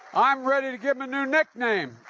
i am ready to give them a new nickname,